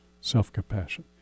self-compassion